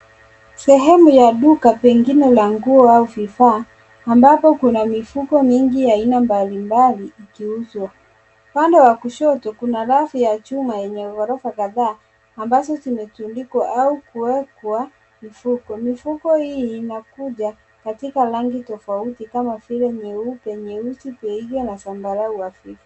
Sehemu ya duka pengine la nguo au vifaa, ambapo kuna mifuko mingi ya aina mbalimbali ikiuzwa. Upande wa kushoto kuna rafu ya chuma yenye gorofa kadhaa ambazo zimetundikwa au kuwekwa mifuko. Mifuko hii inakuja katika rangi tofauti kama vile nyeupe, nyeusi, beige na zambarau hafifu.